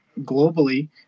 globally